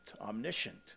omniscient